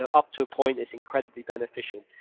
ah up to a point is incredibly beneficial.